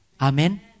Amen